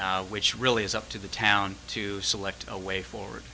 which really is up to the town to select a way forward